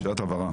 שאלת הבהרה.